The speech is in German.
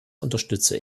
unterstütze